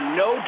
no